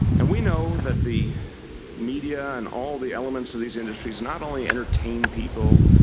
and we know that the media and all the elements of these industries not only entertain people,